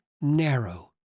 narrow